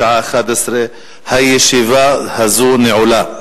בשעה 11:00. הישיבה הזאת נעולה.